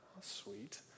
sweet